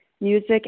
Music